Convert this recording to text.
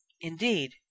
Indeed